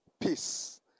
peace